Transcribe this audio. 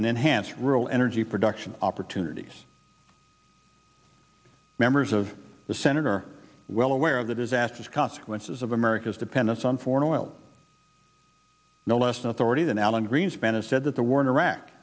enhance rural energy production opportunities members of the senate are well aware of the disastrous consequences of america's dependence on foreign oil no less an authority than alan greenspan has said that the war in iraq